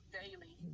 daily